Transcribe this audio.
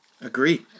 Agree